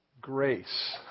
grace